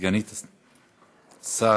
סגנית שר.